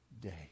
day